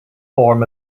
form